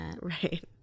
Right